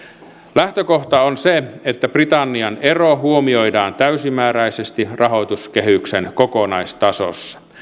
lähtökohta on se että britannian ero huomioidaan täysimääräisesti rahoituskehyksen kokonaistasossa